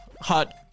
hot